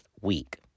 week